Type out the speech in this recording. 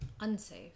unsafe